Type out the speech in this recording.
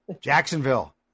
Jacksonville